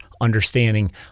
understanding